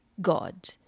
God